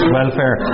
welfare